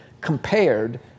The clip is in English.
compared